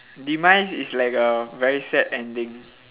demise is like a very sad ending